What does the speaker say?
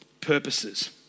purposes